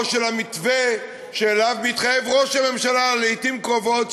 או של המתווה שאליו מתחייב ראש הממשלה לעתים קרובות,